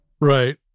Right